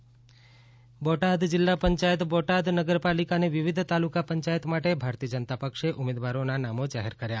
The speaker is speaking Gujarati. બોટાદ ઉમેદવારી ફોર્મ બોટાદ જિલ્લા પંચાયત બોટાદ નગરપાલિકા અને વિવિધ તાલુકા પંચાયત માટે ભારતીય જનતા પક્ષે ઉમેદવારોના નામો જાહેર કર્યા